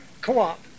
co-op